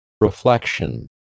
Reflection